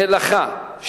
מלאכה,